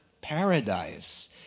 paradise